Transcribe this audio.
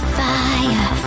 fire